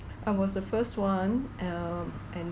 I was the first one um and then